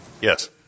Yes